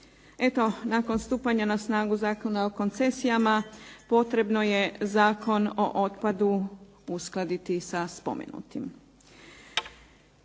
Eto, nakon stupanja na snagu Zakona o koncesijama, potrebno je Zakon o otpadu uskladiti sa spomenutim.